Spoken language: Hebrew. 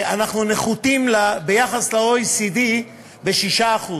אנחנו נחותים ביחס ל-OECD ב-6%.